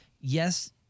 Yes